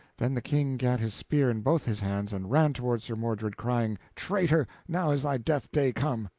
then the king gat his spear in both his hands, and ran toward sir mordred crying, traitor, now is thy death day come.